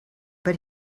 but